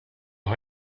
har